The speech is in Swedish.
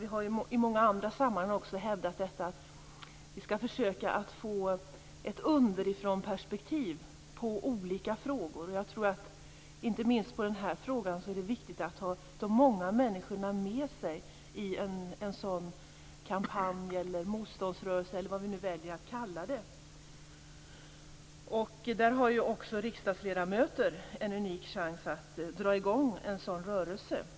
Vi har ju i många andra sammanhang också hävdat att vi skall försöka att få ett underifrånperspektiv på olika frågor, och inte minst i den här frågan är det viktigt att ha de många människorna med sig i en sådan kampanj, motståndsrörelse eller vad vi nu vill kalla det. Också riksdagsledamöter har en unik chans att dra i gång en sådan rörelse.